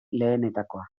lehenetakoa